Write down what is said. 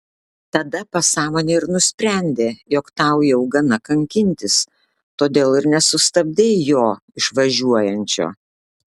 tada pasąmonė ir nusprendė jog tau jau gana kankintis todėl ir nesustabdei jo išvažiuojančio